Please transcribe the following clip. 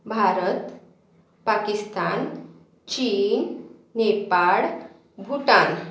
भारत पाकिस्तान चीन नेपाळ भूटान